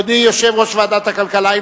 אדוני יושב-ראש ועדת הכלכלה,